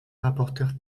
rapporteur